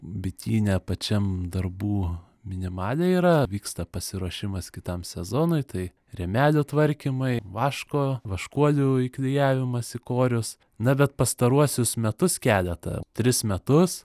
bityne pačiam darbų minimaliai yra vyksta pasiruošimas kitam sezonui tai rėmelių tvarkymai vaško vaškuolių įklijavimas į korius na bet pastaruosius metus keletą tris metus